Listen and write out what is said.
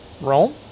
Rome